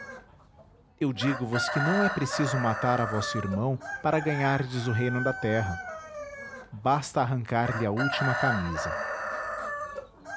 castigados eu digo vos que não é preciso matar a vosso irmão para ganhardes o reino da terra basta arrancar-lhe a última camisa